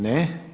Ne.